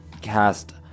cast